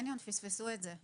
גם בקניון פספסו את זה,